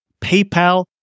PayPal